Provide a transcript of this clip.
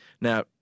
Now